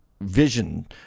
vision